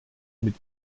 mit